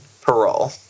parole